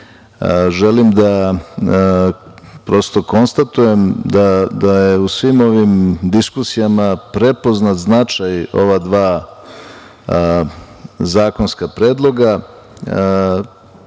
želim da konstatujem da je u svim ovim diskusijama prepoznat značaj ova dva zakonska predloga